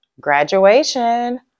graduation